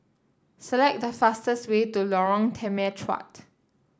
select the fastest way to Lorong Temechut